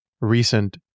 recent